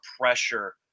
pressure